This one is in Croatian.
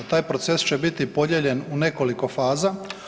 Taj proces će biti podijeljen u nekoliko faza.